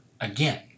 again